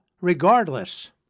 regardless